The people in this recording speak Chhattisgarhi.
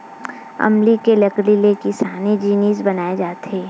अमली के लकड़ी ले किसानी के जिनिस बनाए जाथे